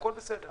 הכל בסדר.